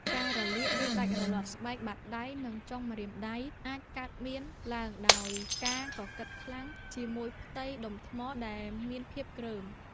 ការរលាក ឬដាច់រលាត់ស្បែកបាតដៃ និងចុងម្រាមដៃ អាចកើតមានឡើងដោយសារការកកិតខ្លាំងជាមួយផ្ទៃដុំថ្មដែលមានភាពគ្រើម។